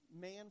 man